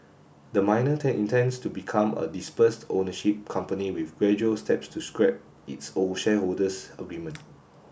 the miner intends to become a dispersed ownership company with gradual steps to scrap its old shareholders agreement